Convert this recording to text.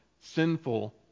sinful